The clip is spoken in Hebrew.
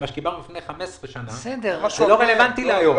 לפני 15 שנה, וזה לא רלוונטי להיום.